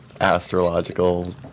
astrological